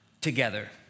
together